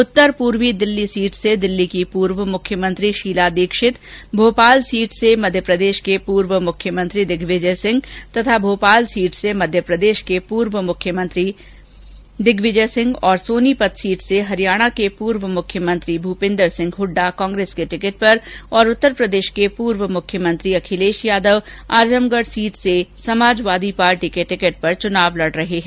उत्तर पूर्वी दिल्ली सीट से दिल्ली की पूर्व मुख्यमंत्री शीला दीक्षित भोपाल सीट से मध्यप्रदेश के पूर्व मुख्यमंत्री दिग्विजय सिंह तथा सोनीपत सीट से हरियाणा के पूर्व मुख्यमंत्री भूपिन्द्र सिंह हुड्डा कांग्रेस के टिकट पर और उत्तरप्रदेश के पूर्व मुख्यमंत्री अखिलेश यादव आजमगढ सीट से समाजवादी पार्टी के टिकट पर चुनाव लड़ रहे हैं